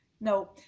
no